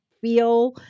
feel